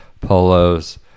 polos